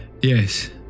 Yes